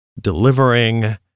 delivering